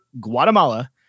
Guatemala